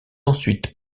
ensuite